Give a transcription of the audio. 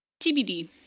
TBD